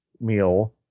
meal